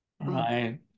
Right